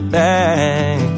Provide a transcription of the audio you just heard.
back